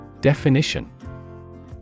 Definition